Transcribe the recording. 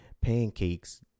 pancakes